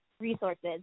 resources